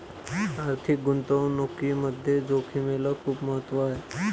आर्थिक गुंतवणुकीमध्ये जोखिमेला खूप महत्त्व आहे